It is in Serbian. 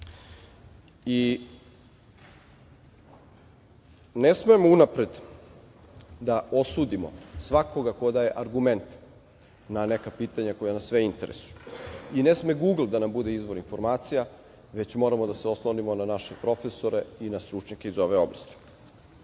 smemo unapred da osudimo svakoga ko daje argument na neka pitanja koja nas sve interesuju i ne sme Gugl da nam bude izvor informacija, već moramo da se oslonimo na naše profesore i na stručnjake iz ove oblasti. Smatram